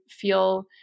feel